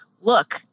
look